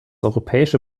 europäische